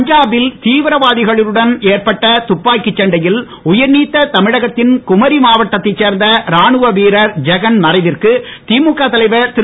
பஞ்சாபில் தீவிரவாதிகளுடன் ஏற்பட்ட துப்பாக்கிச் சண்டையில் உயிர் நீத்த தமிழகத்தின் குமரி மாவட்டத்தைச் சேர்ந்த ராணுவ வீரர் ஜெகன் மறைவிற்கு திமுக தலைவர் திரு